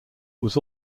was